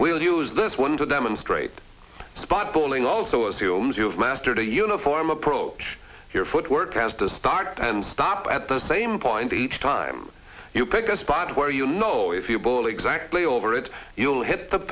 we'll use this one to demonstrate but bowling also assumes you have mastered a uniform approach your footwork has to start and stop at the same point each time you pick a spot where you know if you bowl exactly over it you'll hit the